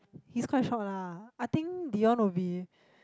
he's quite short lah I think Deon will be